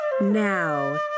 Now